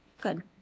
good